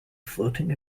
floating